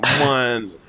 one